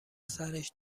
سرش